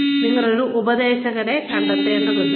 നിങ്ങൾ ഒരു ഉപദേശകനെ കണ്ടെത്തേണ്ടതുണ്ട്